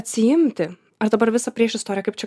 atsiimti ar dabar visa priešistorė kaip čia